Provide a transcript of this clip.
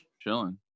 chilling